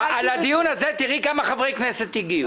לדיון הזה תראי כמה חברי כנסת הגיעו.